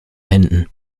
händen